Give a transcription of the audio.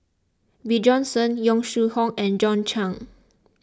Bjorn Shen Yong Shu Hoong and John Clang